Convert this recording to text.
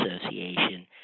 Association